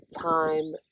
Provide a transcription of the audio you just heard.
time